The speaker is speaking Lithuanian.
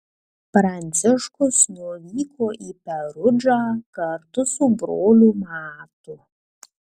pranciškus nuvyko į perudžą kartu su broliu matu